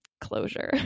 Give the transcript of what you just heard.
closure